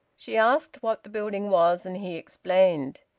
she asked what the building was, and he explained.